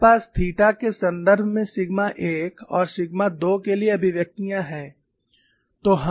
हमारे पास थीटा के संदर्भ में सिग्मा 1 और सिग्मा 2 के लिए अभिव्यक्तियाँ हैं